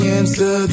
answer